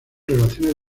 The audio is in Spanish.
relaciones